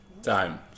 Time